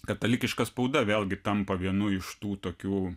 katalikiška spauda vėlgi tampa vienu iš tų tokių